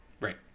Right